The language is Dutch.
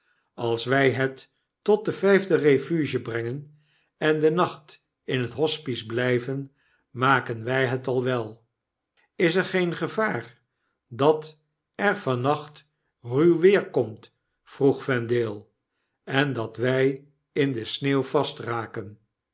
als wy het tot de vyfde refuge brengenenden nacht in het hospice blyven maken wyhet al wel is er geen gevaar dat er van nacht ruw weer komt vroeg vendale en dat wg inde sneeuw